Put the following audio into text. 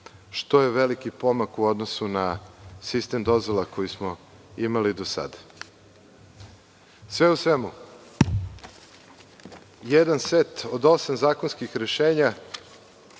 što je veliki pomak u odnosu na sistem dozvola koji smo imali do sada. Sve u svemu, jedan set od osam zakonskih rešenja